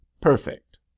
perfect